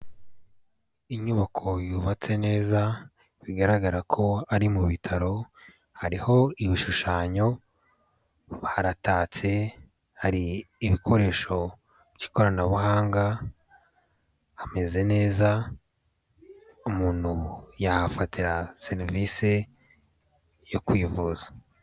Inyubako yubatse neza bigaragara ko ari mu bitaro, hariho ibishushanyo, haratatse, hari ibikoresho by'ikoranabuhanga, hameze neza, umuntu yahafatira serivise yo kwivuza.